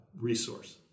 resource